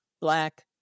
Black